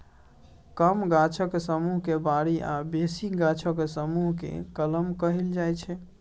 कम गाछक समुह केँ बारी आ बेसी गाछक समुह केँ कलम कहल जाइ छै